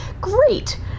Great